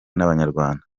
n’abanyarwanda